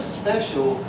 special